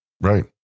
right